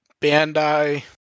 Bandai